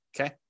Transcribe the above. okay